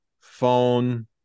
phone